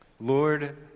Lord